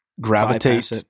gravitate